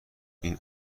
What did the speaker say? این